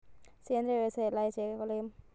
సేంద్రీయ వ్యవసాయం ఎలా చెయ్యాలే?